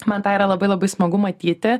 man tą yra labai labai smagu matyti